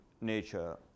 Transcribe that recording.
nature